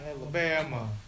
Alabama